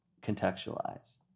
contextualize